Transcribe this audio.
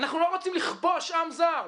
אנחנו לא רוצים לכבוש עם זר,